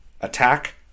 Attack